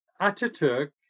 Ataturk